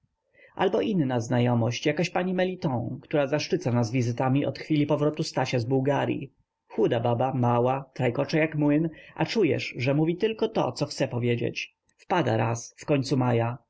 albo inna znajomość jakaś pani meliton która zaszczyca nas wizytami od chwili powrotu stasia z bułgaryi chuda baba mała trajkocze jak młyn a czujesz że mówi tylko to co chce powiedzieć wpada raz w końcu maja